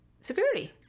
Security